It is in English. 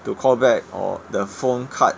to call back or the phone card